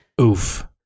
oof